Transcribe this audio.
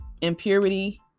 impurity